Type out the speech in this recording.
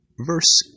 verse